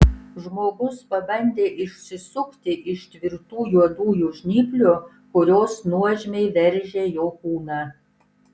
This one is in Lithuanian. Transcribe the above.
žmogus pabandė išsisukti iš tvirtų juodųjų žnyplių kurios nuožmiai veržė jo kūną